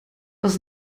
was